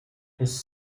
his